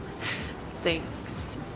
Thanks